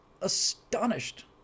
astonished